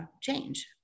change